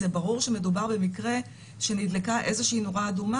זה ברור שמדובר במקרה שנדלקה נורה אדומה